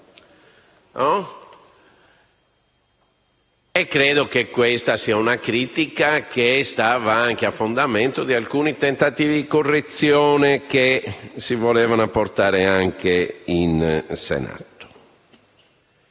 (credo che questa sia una critica che stava a fondamento di alcuni tentativi di correzione che si volevano portare anche in Senato).